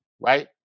right